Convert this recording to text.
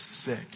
sick